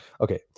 okay